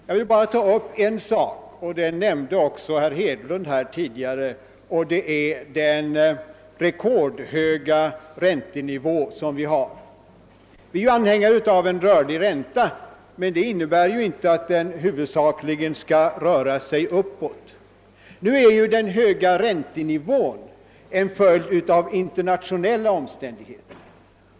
Jag vill bara ta upp en sak som herr Hedlund ti digare nämnde, nämligen den rekordhöga räntenivå som vi har. Vi är anhängare av en rörlig ränta, men detta innebär inte att den huvudsakligen skall röra sig uppåt. Den höga räntenivån är en följd av internationella omständigheter.